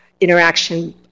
interaction